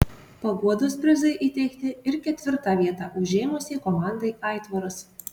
paguodos prizai įteikti ir ketvirtą vietą užėmusiai komandai aitvaras